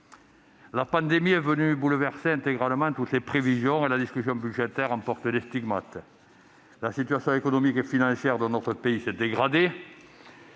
La pandémie est venue bouleverser intégralement toutes les prévisions, et la discussion budgétaire en porte les stigmates. La situation économique et financière de notre pays s'est dégradée